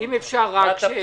בבקשה.